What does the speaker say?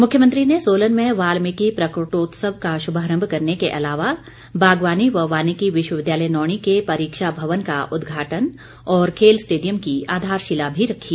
मुख्यमंत्री ने सोलन में वाल्मीकी प्रकटोत्सव का शुभारम्भ करने के अलावा बागवानी व वानिकी विश्वविद्यालय नौणी के परीक्षा भवन का उद्घाटन और खेल स्टेडियम की आधारशिला भी रखी